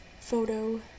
photo